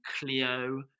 Clio